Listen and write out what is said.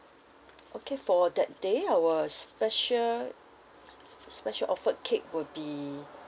okay for that day our special special offer cake would be